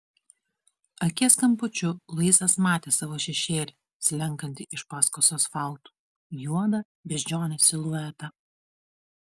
akies kampučiu luisas matė savo šešėlį slenkantį iš paskos asfaltu juodą beždžionės siluetą